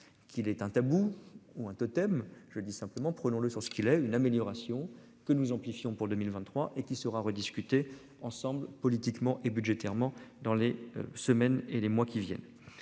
qu'il ait un tabou ou un totem. Je dis simplement, prenons le sur ce qu'il a une amélioration que nous amplifions pour 2023 et qui sera rediscuté ensemble politiquement et budgétairement. Dans les semaines et les mois qui viennent.